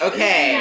Okay